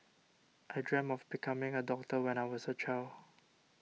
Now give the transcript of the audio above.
I dreamt of becoming a doctor when I was a child